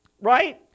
Right